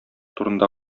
турында